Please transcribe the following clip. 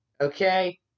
okay